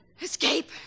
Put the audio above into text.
Escape